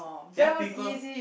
deaf people